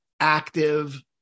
active